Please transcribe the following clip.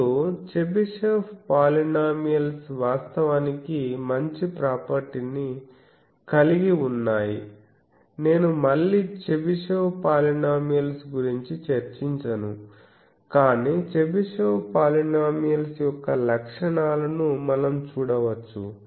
ఇప్పుడు Chebyshev polynomials వాస్తవానికి మంచి ప్రాపర్టీ ని కలిగి ఉన్నాయి నేను మళ్ళీ చెబిషెవ్ పాలినోమియల్స్ గురించి చర్చించను కానీ చెబిషెవ్ పాలినోమియల్స్ యొక్క లక్షణాలను మనం చూడవచ్చు